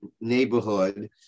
neighborhood